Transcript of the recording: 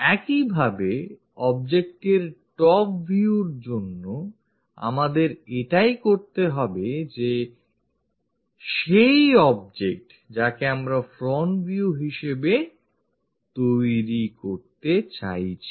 একইভাবে object এর top view র জন্য আমাদের এটাই করতে হবে যে এটাই সেই object যাকে আমরা front view হিসেবে তৈরি করতে চাইছি